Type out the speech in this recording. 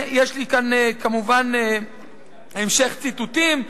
יש לי כאן כמובן המשך ציטוטים.